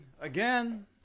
again